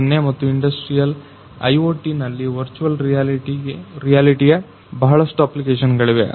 0 ಮತ್ತು industrial IoT ನಲ್ಲಿ virtual ರಿಯಾಲಿಟಿಯ ಬಹಳಷ್ಟು ಅಪ್ಲಿಕೇಶನ್ ಗಳಿವೆ